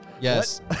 Yes